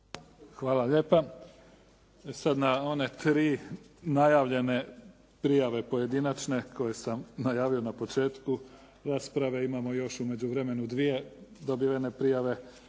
Hvala lijepa. Sad na one tri najavljene prijave pojedinačne koje sam najavio na početku rasprave. Imamo još u međuvremenu dvije dobivene prijave.